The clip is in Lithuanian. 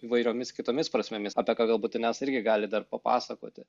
įvairiomis kitomis prasmėmis apie ką galbūt inesa irgi gali dar papasakoti